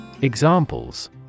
Examples